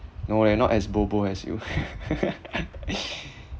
no leh not as bobo as you